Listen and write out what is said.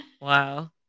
Wow